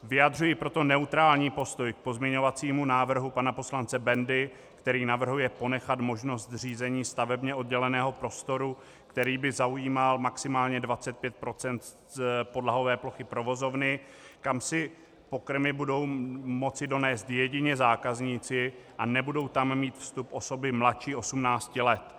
Vyjadřuji proto neutrální postoj k pozměňovacímu návrhu pana poslance Bendy, který navrhuje ponechat možnost zřízení stavebně odděleného prostoru, který by zaujímal maximálně 25 % podlahové plochy provozovny, kam si pokrmy budou moci donést jedině zákazníci a nebudou tam mít vstup osoby mladší 18 let.